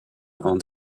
avant